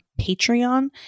Patreon